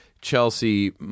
chelsea